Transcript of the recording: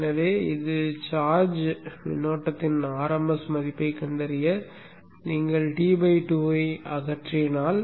எனவே இது சார்ஜ் மின்னோட்டத்தின் rms மதிப்பைக் கண்டறிய நீங்கள் T2 ஐ அகற்றினால்